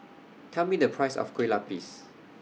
Tell Me The Price of Kueh Lapis